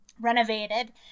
renovated